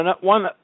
one